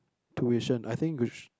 tuition I think which